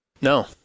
No